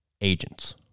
agents